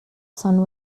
sun